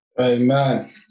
Amen